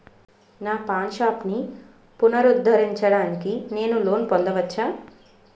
నా పాన్ షాప్ని పునరుద్ధరించడానికి నేను లోన్ పొందవచ్చా?